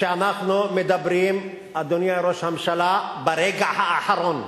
שאנחנו מדברים, אדוני ראש הממשלה, ברגע האחרון.